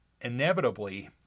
inevitably